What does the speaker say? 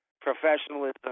professionalism